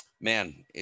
man